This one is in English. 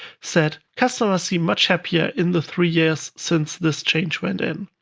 said, customers seem much happier in the three years since this change went in.